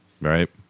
right